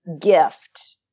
gift